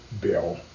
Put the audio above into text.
bill